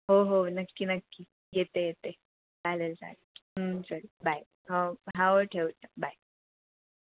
हो हो नक्की नक्की येते येते चालेल चालेल चल बाय हो हो ठेवतं बाय